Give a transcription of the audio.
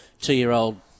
two-year-old